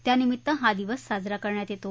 त्यानिमित्त हा दिवस साजरा करण्यात येतो